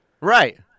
Right